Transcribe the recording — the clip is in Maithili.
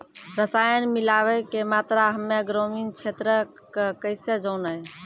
रसायन मिलाबै के मात्रा हम्मे ग्रामीण क्षेत्रक कैसे जानै?